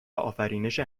آفرینش